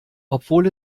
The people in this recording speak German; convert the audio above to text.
obwohl